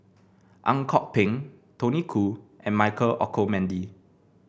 Ang Kok Peng Tony Khoo and Michael Olcomendy